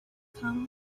come